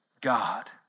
God